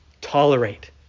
tolerate